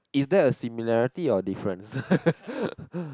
is there a similarity or difference